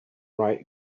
write